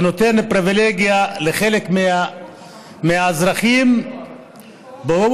שנותנת פריבילגיה לחלק מהאזרחים ובו